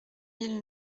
mille